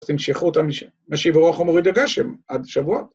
תמשכו את המשיב הרוח ומוריד הגשם עד שבועות.